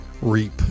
REAP